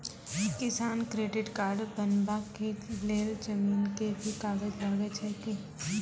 किसान credit card बनबा के लेल जमीन के भी कागज लागै छै कि?